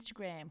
Instagram